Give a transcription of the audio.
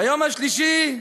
ביום השלישי,